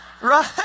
Right